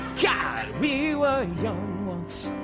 god! we were young once